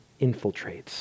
infiltrates